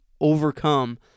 overcome